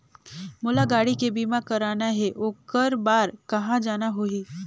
मोला गाड़ी के बीमा कराना हे ओकर बार कहा जाना होही?